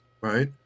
right